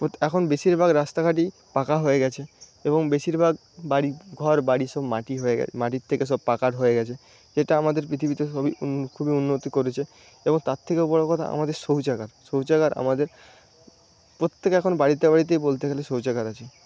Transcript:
এখন বেশীরভাগ রাস্তাঘাটই পাকা হয়ে গেছে এবং বেশীরভাগ বাড়ি ঘরবাড়ি সব মাটির হয়ে গেছে মাটির থেকে সব পাকার হয়ে গেছে এটা আমাদের পৃথিবীতে খুবই উন্নতি করেছে এবং তার থেকেও বড়ো কথা আমাদের শৌচাগার শৌচাগার আমাদের প্রত্যেকের এখন বাড়িতে বাড়িতেই বলতে গেলে শৌচাগার আছে